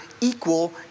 equal